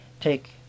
take